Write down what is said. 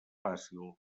fàcil